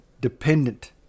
dependent